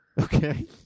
Okay